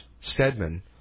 Stedman